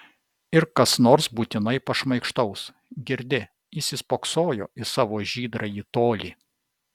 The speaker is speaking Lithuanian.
ir kas nors būtinai pašmaikštaus girdi įsispoksojo į savo žydrąjį tolį